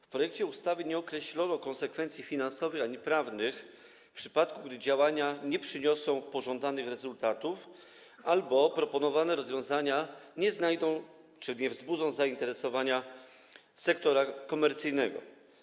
W projekcie ustawy nie określono konsekwencji finansowych ani prawnych w przypadku, gdy działania nie przyniosą pożądanych rezultatów albo proponowane rozwiązania nie wzbudzą zainteresowania sektora komercyjnego.